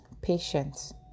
patience